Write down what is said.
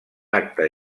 acte